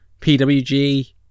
pwg